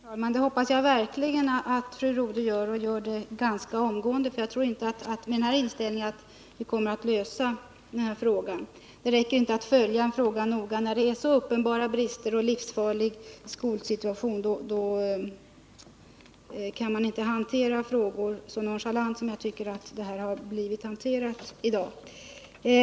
Herr talman! Jag hoppas verkligen att fru Rodhe gör det och att hon gör det ganska omgående. Jag tror nämligen inte att man med den inställning som här har redovisats kan lösa dessa problem. Det räcker inte med att följa en fråga. När det gäller så uppenbara brister och en livsfarlig skolsituation, då kan man inte hantera frågor så nonchalant som enligt min uppfattning har skett i dag.